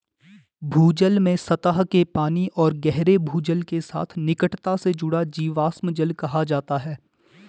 भूजल में सतह के पानी और गहरे भूजल के साथ निकटता से जुड़ा जीवाश्म जल कहा जाता है